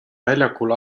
väljakul